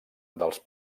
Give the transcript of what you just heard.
dels